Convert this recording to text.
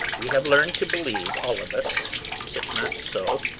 we have learned to believe, all of us is it not so?